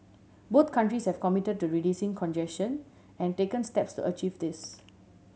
both countries have committed to reducing congestion and taken steps to achieve this